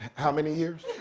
how many years?